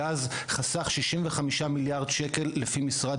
הגז חסך 65,000,000,000 שקלים לפי משרד